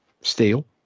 steel